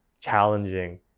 challenging